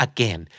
Again